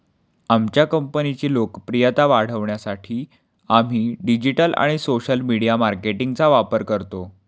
आमच्या कंपनीची लोकप्रियता वाढवण्यासाठी आम्ही डिजिटल आणि सोशल मीडिया मार्केटिंगचा वापर करतो